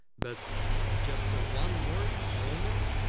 but just ah one more moment,